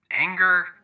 anger